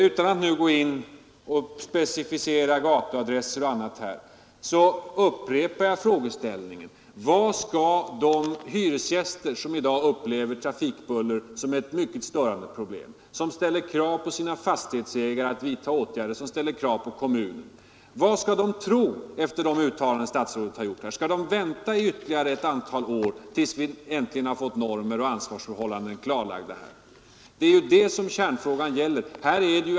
Utan att nu specificera genom att nämna gatuadresser och annat upprepar jag frågan: Vad skall de hyresgäster, som i dag upplever trafikbuller som ett mycket störande problem, som ställer krav på sina fastighetsägare att vidta åtgärder, som ställer krav på kommunen, tro efter de uttalanden som statsrådet har gjort? Skall de vänta ytterligare ett antal år tills vi äntligen har fått normer och ansvarsförhållanden klarlagda? Det är detta kärnfrågan gäller.